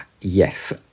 Yes